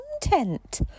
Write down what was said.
content